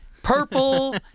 purple